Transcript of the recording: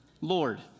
Lord